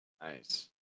Nice